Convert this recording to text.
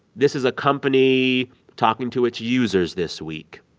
this is a company talking to its users this week